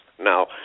Now